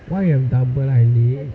why you have double eyelid